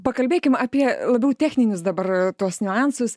pakalbėkim apie labiau techninius dabar tuos niuansus